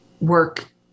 work